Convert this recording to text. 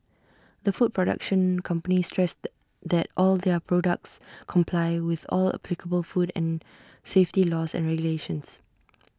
the food production company stressed that all their products comply with all applicable food and safety laws and regulations